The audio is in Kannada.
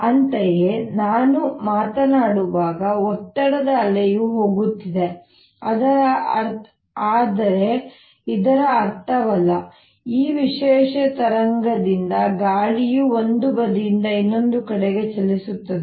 ಅಂತೆಯೇ ನಾನು ಮಾತನಾಡುವಾಗ ಒತ್ತಡದ ಅಲೆಯು ಹೋಗುತ್ತಿದೆ ಆದರೆ ಇದರ ಅರ್ಥವಲ್ಲ ಈ ವಿಶೇಷ ತರಂಗದಿಂದ ಗಾಳಿಯು ಒಂದು ಬದಿಯಿಂದ ಇನ್ನೊಂದು ಕಡೆಗೆ ಚಲಿಸುತ್ತಿದೆ